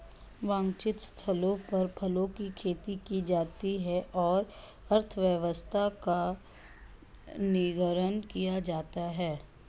वांछित स्थलों पर फलों की खेती की जाती है और अर्थव्यवस्था का निर्माण किया जाता है